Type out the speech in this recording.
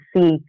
see